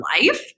life